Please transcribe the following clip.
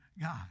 God